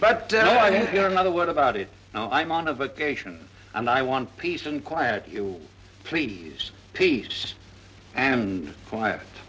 hear another word about it oh i'm on a vacation and i want peace and quiet you please peace and quiet